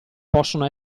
possono